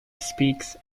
speaks